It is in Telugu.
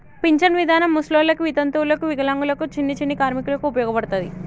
పింఛన్ విధానం ముసలోళ్ళకి వితంతువులకు వికలాంగులకు చిన్ని చిన్ని కార్మికులకు ఉపయోగపడతది